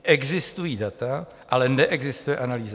Existují data, ale neexistuje analýza.